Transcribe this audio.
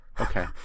Okay